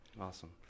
Awesome